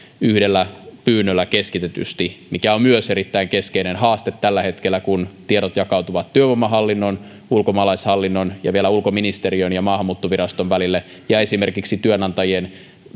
yhdellä pyynnöllä keskitetysti mikä on myös erittäin keskeinen haaste tällä hetkellä kun tiedot jakautuvat työvoimahallinnon ulkomaalaishallinnon ja vielä ulkoministeriön ja maahanmuuttoviraston välille ja esimerkiksi työnantajien